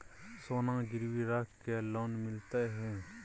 सोना गिरवी रख के लोन मिलते है?